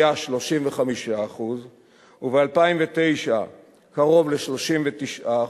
היה 35% וב-2009 קרוב ל-39%,